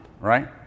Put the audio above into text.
right